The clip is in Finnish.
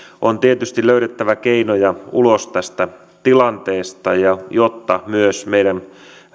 on tietysti löydettävä keinoja ulos tästä tilanteesta jotta myös meidän